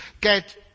get